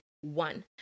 One